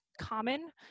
common